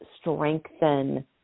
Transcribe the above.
strengthen